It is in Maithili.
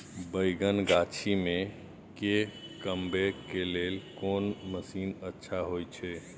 बैंगन गाछी में के कमबै के लेल कोन मसीन अच्छा होय छै?